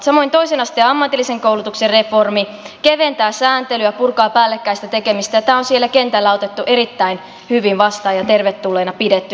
samoin toisen asteen ammatillisen koulutuksen reformi keventää sääntelyä ja purkaa päällekkäistä tekemistä ja tämä on siellä kentällä otettu erittäin hyvin vastaan ja tervetulleena pidetty